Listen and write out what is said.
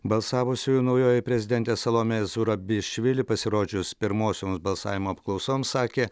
balsavusiųjų naujoji prezidentė salomė zurabišvili pasirodžius pirmosioms balsavimo apklausoms sakė